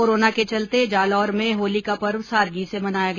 corona के चलते जालौर में होली का पर्व सादगी से मनाया गया